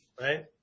right